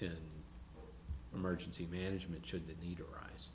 in emergency management should the need arise